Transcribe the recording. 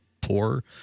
poor